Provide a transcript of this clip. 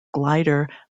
glider